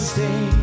Stay